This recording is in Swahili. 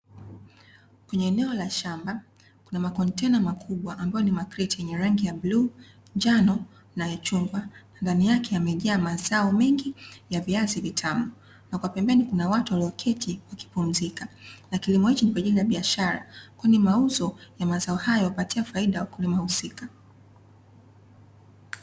Kwenye eneo la shamba, kuna makontena makubwa ambayo ni makreti yenye rangi ya bluu, njano na ya chungwa, na ndani yake yamejaa mazao mengi ya viazi vitamu. Na kwa pembeni kuna watu walioketi wakipumzika. Na kilimo hicho ni kwa ajili ya biashara kwani mauzo ya mazao hayo huwapatia faida wakulima husika.